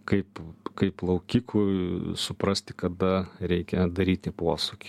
kaip kaip plaukikui suprasti kada reikia daryti posūkį